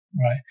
right